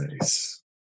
Nice